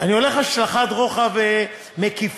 אני הולך על השלכת רוחב מקיפה,